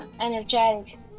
energetic